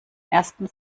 ersten